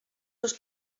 els